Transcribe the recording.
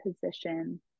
position